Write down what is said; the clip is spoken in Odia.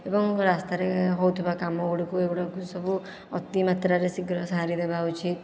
ଏବଂ ରାସ୍ତାରେ ହେଉଥିବା କାମଗୁଡ଼ିକୁ ଏଗୁଡ଼ାକୁ ସବୁ ଅତି ମାତ୍ରାରେ ଶୀଘ୍ର ସାରିଦେବା ଉଚିତ୍